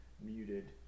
muted